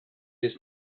his